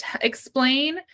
explain